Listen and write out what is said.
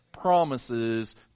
promises